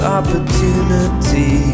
opportunity